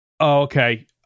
okay